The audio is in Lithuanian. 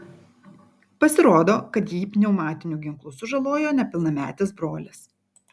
pasirodo kad jį pneumatiniu ginklu sužalojo nepilnametis brolis